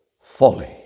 folly